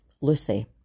Lucy